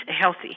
healthy